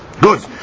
Good